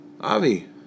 Avi